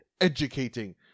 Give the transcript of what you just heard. Educating